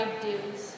dudes